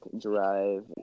drive